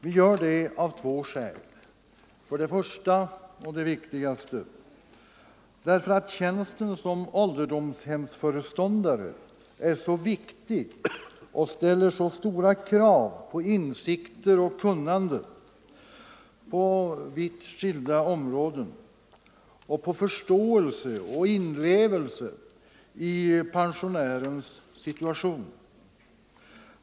Vi gör detta av två skäl. Det första och viktigaste är att tjänsten såsom ålderdomshemsföreståndare är så viktig och ställer så stora krav på insikter och kunnande på vitt skilda områden samt på förståelse för och inlevelse i pensionärens situation.